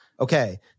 Okay